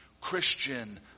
Christian